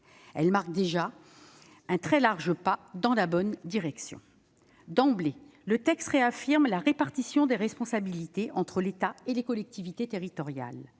Celle-ci fait déjà un très large pas dans la bonne direction. D'emblée, le texte réaffirme la répartition des responsabilités entre l'État et les collectivités territoriales.